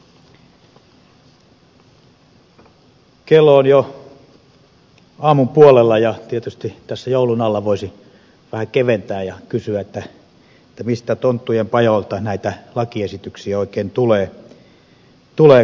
kello on jo aamun puolella ja tietysti tässä joulun alla voisi vähän keventää ja kysyä mistä tonttujen pajoilta näitä lakiesityksiä oikein tulee